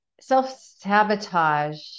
self-sabotage